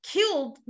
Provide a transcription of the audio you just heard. killed